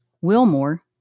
Wilmore